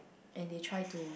and they try to